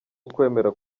ukwemera